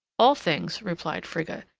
all things, replied frigga,